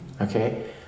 Okay